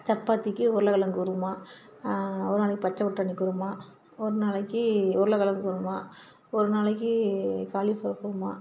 சப்பாத்திக்கு உருளைக்கிழங்கு குருமா ஒரு நாளைக்கு பச்சசைப்பட்டாணி குருமா ஒரு நாளைக்கு உருளைக்கிழங்கு குருமா ஒரு நாளைக்கு காலிஃபிளவர் குருமா